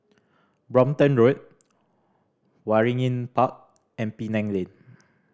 Brompton Road Waringin Park and Penang Lane